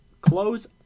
close